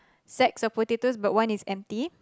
sacks of potatoes but one is empty